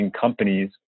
companies